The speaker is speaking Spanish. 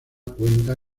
cuenta